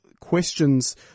questions